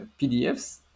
PDFs